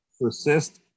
persist